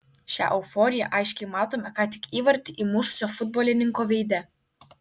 šią euforiją aiškiai matome ką tik įvartį įmušusio futbolininko veide